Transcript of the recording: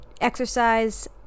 exercise